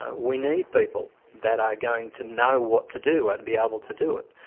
ah we need people that are going to know what to do and be able to do it.